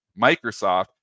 Microsoft